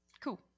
Cool